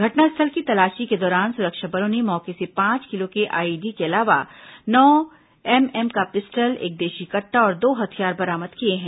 घटनास्थल की तलाशी के दौरान सुरक्षा बलों ने मौके से पांच किलो के आईईडी के अलावा नौ एमएम का पिस्टल एक देशी कटटा और दो हथियार बरामद किए हैं